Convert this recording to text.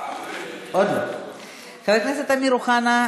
חבר הכנסת אמיר אוחנה,